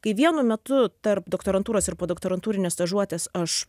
kai vienu metu tarp doktorantūros ir podoktorantūrinės stažuotės aš